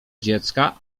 dziecka